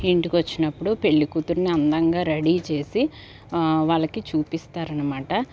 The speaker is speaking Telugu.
ఇంటికొచ్చినప్పుడు పెళ్లికూతుర్ని అందంగా రెడీ చేసి వాళ్ళకి చూపిస్తారనమాట